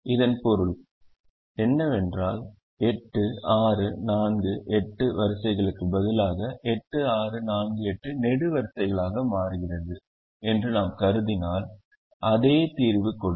இதன் பொருள் என்னவென்றால் 8 6 4 8 வரிசைகளுக்கு பதிலாக 8 6 4 8 நெடுவரிசைகளாக மாறுகிறது என்று நாம் கருதினால் அதே தீர்வு கொடுங்கள்